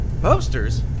Posters